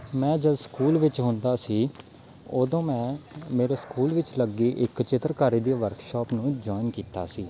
ਮੈਂ ਜਦੋਂ ਸਕੂਲ ਵਿੱਚ ਹੁੰਦਾ ਸੀ ਉਦੋਂ ਮੈਂ ਮੇਰੇ ਸਕੂਲ ਵਿੱਚ ਲੱਗੀ ਇੱਕ ਚਿੱਤਰਕਾਰੀ ਦੀ ਵਰਕਸ਼ਾਪ ਨੂੰ ਜੁਆਇਨ ਕੀਤਾ ਸੀ